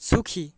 সুখী